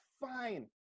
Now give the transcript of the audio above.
fine